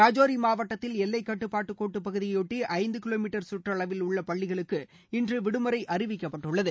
ரஜோரி மாவட்டத்தில் எல்லைக்கட்டுப்பாட்டு கோட்டு பகுதியையொட்டி ஐந்து கிலோ மீட்டர் கற்றளவில் உள்ள பள்ளிகளுக்கு இன்று விடுமுறை அறிவிக்கப்பட்டுள்ளது